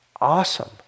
Awesome